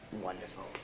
Wonderful